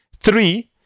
Three